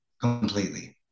Completely